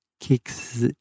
kicks